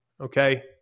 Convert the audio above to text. okay